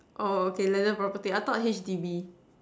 oh okay landed property I thought H_D_B